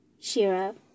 Shira